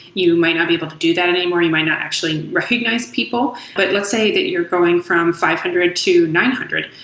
you might not be able to do that anymore. you might not actually recognize people. but let's say that you're going from five hundred to nine hundred,